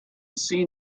seen